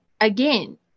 again